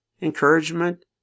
encouragement